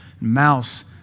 mouse